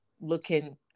looking